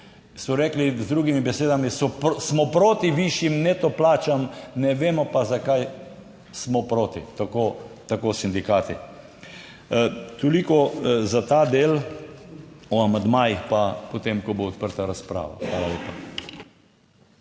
so rekli z drugimi besedami, smo proti višjim neto plačam, ne vemo pa zakaj smo proti tako sindikati. Toliko za ta del. O amandmajih pa potem, ko bo odprta razprava. Hvala lepa.